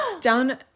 down